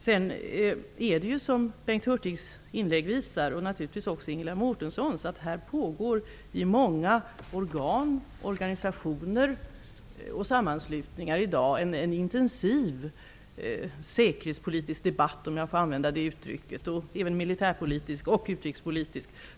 Det är som Bengt Hurtigs och naturligtvis också Ingela Mårtenssons inlägg visar: I många organ, organisationer och sammanslutningar pågår i dag en intensiv säkerhetspolitisk debatt, om jag får använda det uttrycket, och även en militärpolitisk och utrikespolitisk.